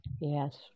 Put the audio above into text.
Yes